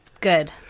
Good